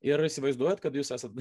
ir įsivaizduojat kad jūs esat